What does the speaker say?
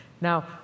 Now